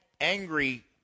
angry